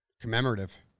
Commemorative